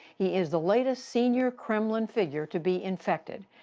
he is the latest senior kremlin figure to be infected.